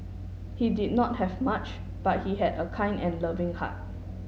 he did not have much but he had a kind and loving heart